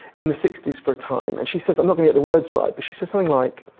in the sixty s, for a time. and she says, i'm not gonna get the words right, but she says something like,